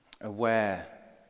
aware